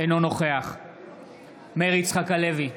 אינו נוכח מאיר יצחק הלוי,